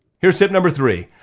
here's tip number three,